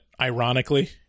ironically